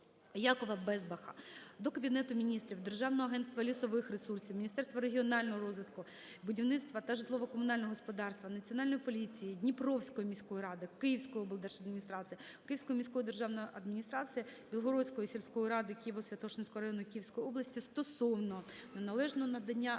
Якова Безбаха до Кабінету Міністрів, Державного агентства лісових ресурсів, Міністерства регіонального розвитку, будівництва та житлово-комунального господарства, Національної поліції, Дніпровської міської ради, Київської облдержадміністрації, Київської міської державної адміністрації, Білогородської сільської ради - Києво-Святошинського району Київської області стосовно неналежного надання